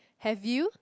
have you